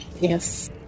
Yes